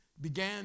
began